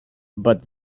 but